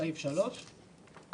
סעיף 3,